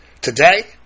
Today